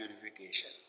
purification